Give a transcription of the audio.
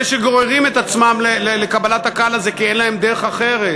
על אלה שגוררים את עצמם לקבלת הקהל כי אין להם דרך אחרת.